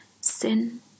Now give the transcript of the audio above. sin